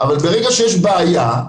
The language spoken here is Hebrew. אבל ברגע שיש בעיה,